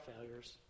failures